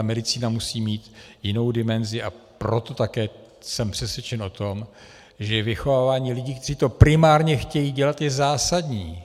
Medicína musí mít jinou dimenzi, a proto také jsem přesvědčen o tom, že vychovávání lidí, kteří to primárně chtějí dělat, je zásadní.